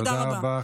תודה רבה.